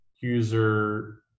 user